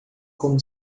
como